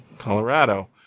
Colorado